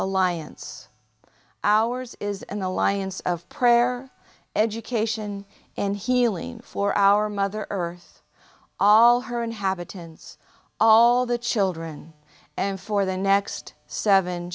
alliance ours is an alliance of prayer education and healing for our mother earth all her inhabitants all the children and for the next seven